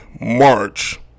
March